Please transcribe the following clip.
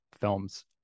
films